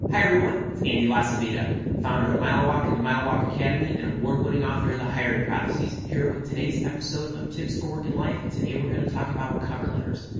hi everyone, it's andy lacivita founder of milewalk and the milewalk academy, and the award-winning author of the hiring prophecies here with today's episode of tips for work and life, today we're going to talk about cover letters.